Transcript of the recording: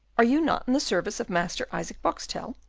are you not in the service of master isaac boxtel?